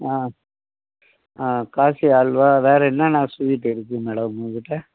ஆ ஆ காசி அல்வா வேறு என்னென்ன ஸ்வீட்டு இருக்குது மேடம் உங்கள்ட்ட